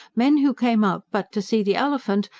men who came out but to see the elephant,